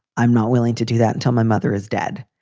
i'm not willing to do that until my mother is dead.